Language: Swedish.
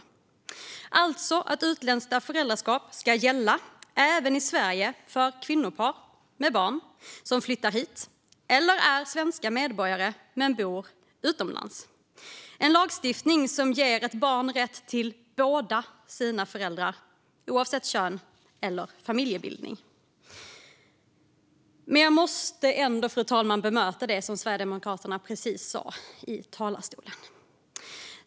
Det innebär alltså att utländskt föräldraskap ska gälla även i Sverige för kvinnopar med barn som flyttar hit eller är svenska medborgare men bor utomlands. Det är en lagstiftning som ger ett barn rätt till båda sina föräldrar, oavsett kön eller familjebildning. Jag måste ändå, fru talman, bemöta det som Sverigedemokraternas representant precis sa i talarstolen.